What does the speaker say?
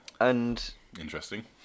Interesting